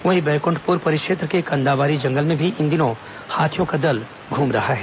वहीं बैकुंठपुर परिक्षेत्र के कन्दाबारी जंगल में भी इन दिनों हाथियों का दल घूम रहा है